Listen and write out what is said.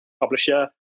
publisher